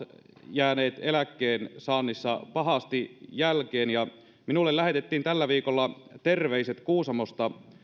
jääneet eläkkeen saannissa pahasti jälkeen minulle lähetettiin tällä viikolla terveiset kuusamosta